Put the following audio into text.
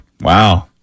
wow